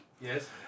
Yes